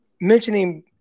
mentioning